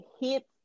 hits